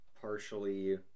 partially